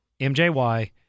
MJY